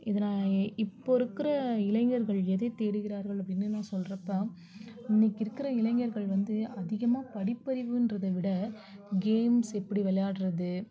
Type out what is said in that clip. இதை நான் இப்போது இருக்கிற இளைஞர்கள் எதை தேடுகிறார்கள் அப்படின்னு நான் சொல்றப்போ இன்றைக்கு இருக்கிற இளைஞர்கள் வந்து அதிகமாக படிப்பறிவுன்றதை விட கேம்ஸ் எப்படி விளையாடுறது